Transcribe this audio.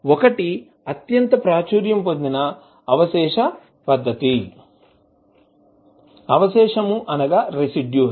ఒకటి అత్యంత ప్రాచుర్యం పొందిన అవశేష పద్ధతి